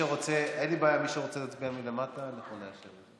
אין לי בעיה, מי שרוצה להצביע מלמטה, אנחנו נאשר.